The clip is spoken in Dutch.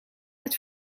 het